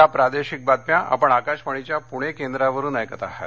या प्रादेशिक बातम्या आपण आकाशवाणीच्या पुणे केंद्रावरून ऐकत आहात